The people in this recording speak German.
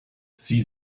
sie